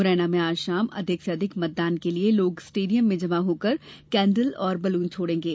मुरैना में आज शाम अधिक से अधिक मतदान के लिये लोग स्टेडियम में जमा होकर केन्डल बलून छोड़ेंगे